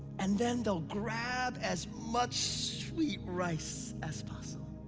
and then they'll grab as much sweet rice as possible.